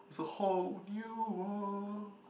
it's a whole new world